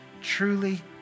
truly